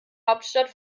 hauptstadt